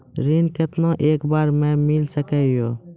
ऋण केतना एक बार मैं मिल सके हेय?